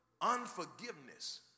Unforgiveness